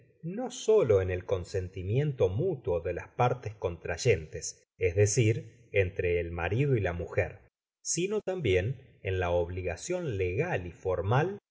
no solo en el consentimiento mutuo de las partes contrayentes es decir entre el marido y la mujer sino tambien en la obligacion legal y formal